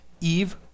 Eve